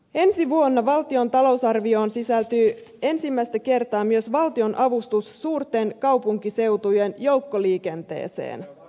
ensi vuonna valtion talousarvioon sisältyy ensimmäistä kertaa myös valtion avustus suurten kaupunkiseutujen joukkoliikenteeseen